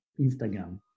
instagram